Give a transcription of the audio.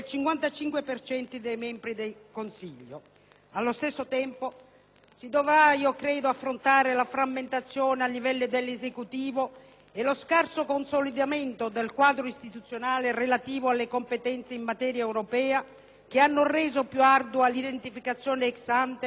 si dovrà affrontare la frammentazione a livello dell'Esecutivo e lo scarso consolidamento del quadro istituzionale relativo alle competenze in materia europea che hanno reso più ardua l'identificazione *ex ante* e la difesa di una coerente strategia nazionale nell'arena comunitaria.